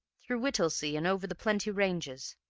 through whittlesea and over the plenty ranges.